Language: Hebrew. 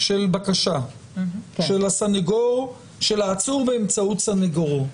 של בקשה של העצור באמצעות סנגורו.